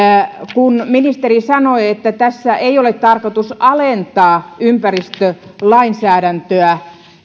ministeri sanoi että tässä ei ole tarkoitus alentaa ympäristölainsäädäntöä